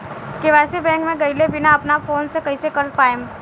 KYC bank मे गएले बिना अपना फोन से कइसे कर पाएम?